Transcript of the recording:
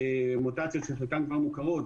מוטציה שחלקן מוכרות,